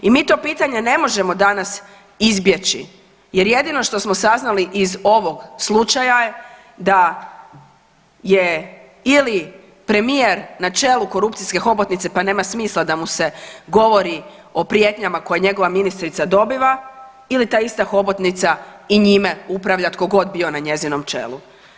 I mi to pitanje ne možemo danas izbjeći jer jedino što smo saznali iz ovog slučaja je da je ili premijer na čelu korupcijske hobotnice pa nema smisla da mu se govori o prijetnjama koje njegova ministrica dobiva ili ta ista hobotnica i njime upravlja tkogod bio na njezinom čelu?